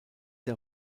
der